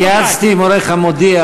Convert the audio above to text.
התייעצתי עם עורך "המודיע".